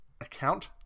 account